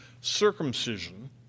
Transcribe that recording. circumcision